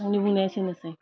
आंनि बुंनाया एसेनोसै